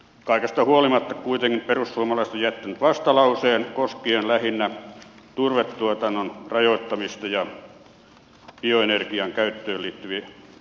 kaikesta huolimatta kuitenkin perussuomalaiset ovat jättäneet vastalauseen koskien lähinnä turvetuotannon rajoittamista ja bioenergian käyttöön liittyviä asioita